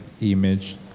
image